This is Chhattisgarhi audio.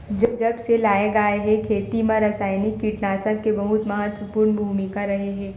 जब से लाए गए हे, खेती मा रासायनिक कीटनाशक के बहुत महत्वपूर्ण भूमिका रहे हे